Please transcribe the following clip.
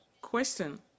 Question